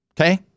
okay